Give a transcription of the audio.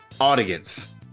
audience